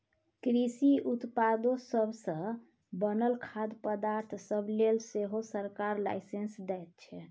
कृषि उत्पादो सब सँ बनल खाद्य पदार्थ सब लेल सेहो सरकार लाइसेंस दैत छै